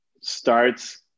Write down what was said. starts